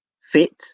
fit